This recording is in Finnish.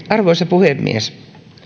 arvoisa puhemies